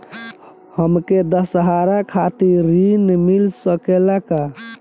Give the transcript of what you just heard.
हमके दशहारा खातिर ऋण मिल सकेला का?